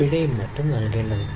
പിഴയും മറ്റും നൽകേണ്ടതുണ്ട്